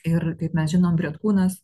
ir kaip mes žinom bretkūnas